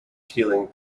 healing